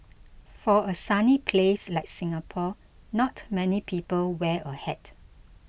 for a sunny place like Singapore not many people wear a hat